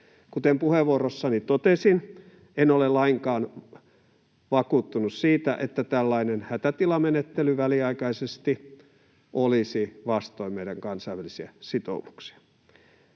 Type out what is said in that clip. Kuten puheenvuorossani totesin, en ole lainkaan vakuuttunut siitä, että tällainen hätätilamenettely väliaikaisesti olisi vastoin meidän kansainvälisiä sitoumuksiamme.